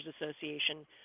association